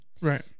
Right